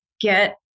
get